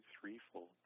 threefold